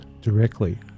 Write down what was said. directly